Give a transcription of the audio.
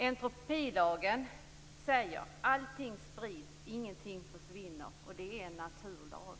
Entropilagen säger: Allting sprids, ingenting försvinner. Det är en naturlag.